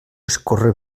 escórrer